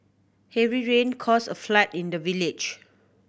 heavy rain caused a flood in the village